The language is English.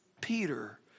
Peter